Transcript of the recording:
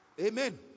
Amen